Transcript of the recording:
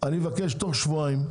אני מבקש תוך שבועיים,